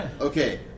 Okay